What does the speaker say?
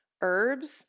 herbs